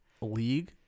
league